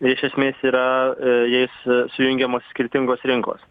iš esmės yra jais sujungiamos skirtingos rinkos